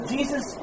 Jesus